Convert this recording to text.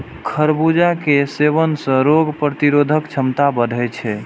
खरबूजा के सेवन सं रोग प्रतिरोधक क्षमता बढ़ै छै